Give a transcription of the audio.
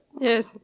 Yes